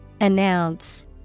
Announce